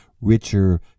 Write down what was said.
richer